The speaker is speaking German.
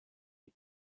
die